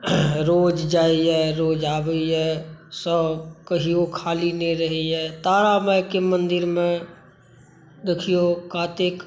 रोज जाइए रोज आबैए सभ कहिओ खाली नहि रहैए तारामाइके मन्दिरमे देखिऔ कातिक